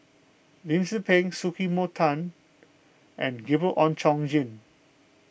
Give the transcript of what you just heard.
Lim Tze Peng Sumiko Tan and Gabriel Oon Chong Jin